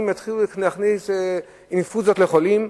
יתחילו להכניס אינפוזיות לחולים,